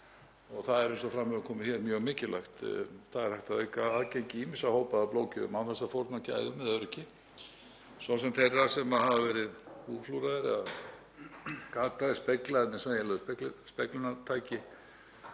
Það er, eins og fram hefur komið hér, mjög mikilvægt. Það er hægt að auka aðgengi ýmissa hópa að blóðgjöf án þess að fórna gæðum eða öryggi, svo sem þeirra sem hafa verið húðflúraðir eða gataðir eða speglaðir með sveigjanlegu speglunartæki